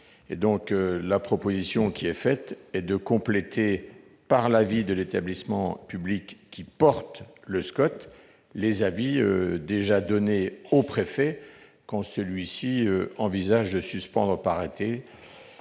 territoire. Il est donc proposé de compléter par l'avis de l'établissement public qui porte le SCOT les avis déjà donnés au préfet, quand celui-ci envisage de suspendre par